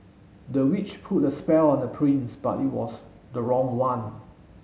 the witch put a spell on the prince but it was the wrong one